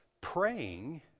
praying